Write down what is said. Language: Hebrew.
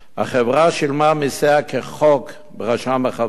החברה שילמה את מסיה כחוק ברשם החברות,